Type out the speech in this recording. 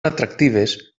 atractives